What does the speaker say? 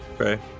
Okay